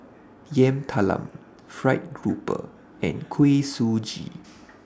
Yam Talam Fried Grouper and Kuih Suji